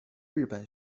日本